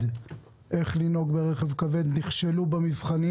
איך לנהוג ברכב כבד נכשלו במבחנים.